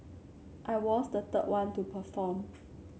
I was the third one to perform